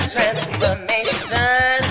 Transformation